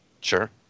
Sure